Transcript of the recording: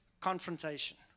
confrontation